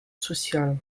sociale